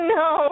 no